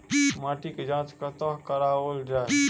माटिक जाँच कतह कराओल जाए?